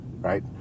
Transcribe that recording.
Right